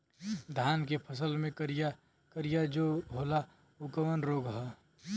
धान के फसल मे करिया करिया जो होला ऊ कवन रोग ह?